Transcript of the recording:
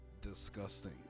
disgusting